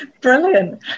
Brilliant